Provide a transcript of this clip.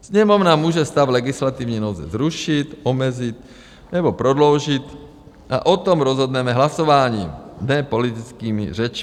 Sněmovna může stav legislativní nouze zrušit, omezit nebo prodloužit a o tom rozhodneme hlasováním, ne politickými řečmi.